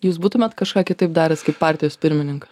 jūs būtumėt kažką kitaip daręs kaip partijos pirmininkas